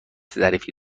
ظریفی